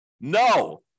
No